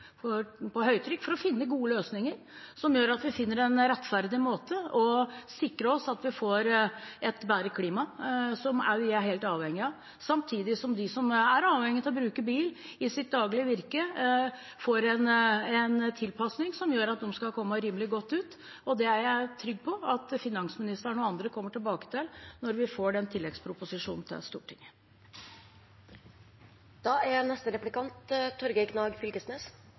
høytrykk for å finne gode løsninger som gjør at vi finner en rettferdig måte å sikre at vi får et bedre klima, noe vi er helt avhengig av. Samtidig får de som er avhengige av å bruke bil i sitt daglige virke, en tilpasning som gjør at de skal komme rimelig godt ut. Det er jeg trygg på at finansministeren og andre kommer tilbake til når vi får den tilleggsproposisjonen til Stortinget. La meg først gratulere med plattform og mindretalsregjering! Det er